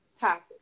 topic